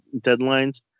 deadlines